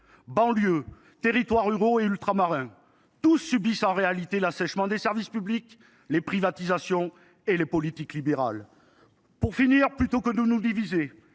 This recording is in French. banlieues, territoires ruraux et ultramarins, tous subissent en réalité l’assèchement des services publics, les privatisations et les politiques libérales. Plutôt que de nous diviser,